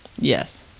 yes